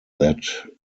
that